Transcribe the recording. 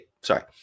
sorry